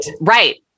right